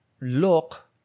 look